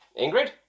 Ingrid